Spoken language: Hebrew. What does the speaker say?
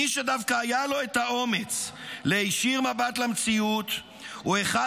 מי שדווקא היה לו את האומץ להישיר מבט למציאות הוא אחד